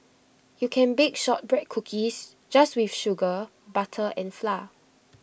you can bake Shortbread Cookies just with sugar butter and flour